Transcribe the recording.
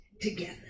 together